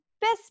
best